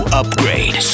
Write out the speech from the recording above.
upgrade